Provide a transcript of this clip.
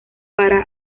para